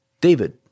David